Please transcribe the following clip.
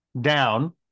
down